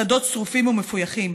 השדות שרופים ומפויחים,